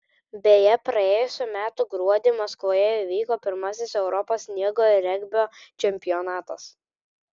beje praėjusių metų gruodį maskvoje įvyko pirmasis europos sniego regbio čempionatas